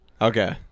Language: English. Okay